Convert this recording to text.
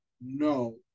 No